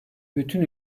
bütün